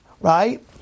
right